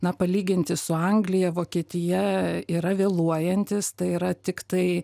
na palyginti su anglija vokietija yra vėluojantis tai yra tiktai